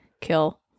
Kill